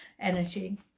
energy